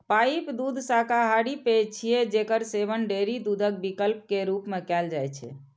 pipe दूध शाकाहारी पेय छियै, जेकर सेवन डेयरी दूधक विकल्प के रूप मे कैल जाइ छै